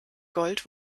gold